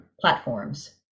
platforms